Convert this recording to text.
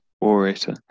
orator